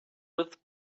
with